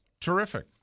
Terrific